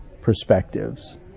perspectives